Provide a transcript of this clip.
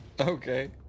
Okay